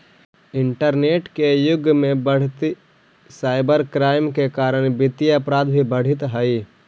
internet के युग में बढ़ीते साइबर क्राइम के कारण वित्तीय अपराध भी बढ़ित हइ